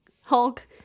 Hulk